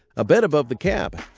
a bed above the cab,